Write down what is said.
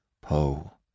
Poe